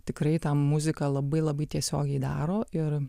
tikrai tą muzika labai labai tiesiogiai daro ir